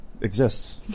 exists